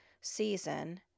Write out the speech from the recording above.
season